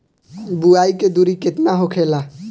बुआई के दूरी केतना होखेला?